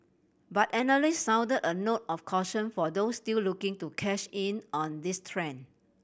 but analysts sounded a note of caution for those still looking to cash in on this trend